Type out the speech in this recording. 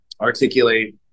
articulate